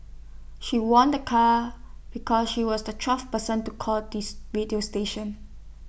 she won the car because she was the twelfth person to call this radio station